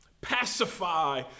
pacify